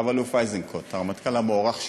רב-אלוף איזנקוט, הרמטכ"ל המוערך שלנו,